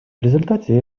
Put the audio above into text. результате